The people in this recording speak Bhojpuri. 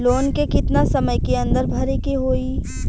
लोन के कितना समय के अंदर भरे के होई?